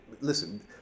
listen